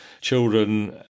children